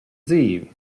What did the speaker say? dzīvi